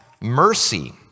mercy